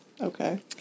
Okay